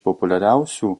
populiariausių